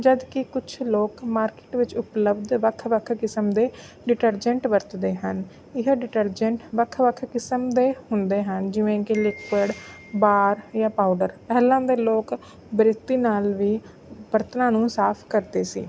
ਜਦ ਕਿ ਕੁਛ ਲੋਕ ਮਾਰਕੀਟ ਵਿੱਚ ਉਪਲਬਧ ਵੱਖ ਵੱਖ ਕਿਸਮ ਦੇ ਡਿਟਰਜੈਂਟ ਵਰਤਦੇ ਹਨ ਇਹ ਡਿਟਰਜੈਂਟ ਵੱਖ ਵੱਖ ਕਿਸਮ ਦੇ ਹੁੰਦੇ ਹਨ ਜਿਵੇਂ ਕਿ ਲਿਕੁਏਡ ਬਾਰ ਜਾਂ ਪਾਊਡਰ ਪਹਿਲਾਂ ਦੇ ਲੋਕ ਬਰੇਤੀ ਨਾਲ ਵੀ ਬਰਤਨਾਂ ਨੂੰ ਸਾਫ ਕਰਦੇ ਸੀ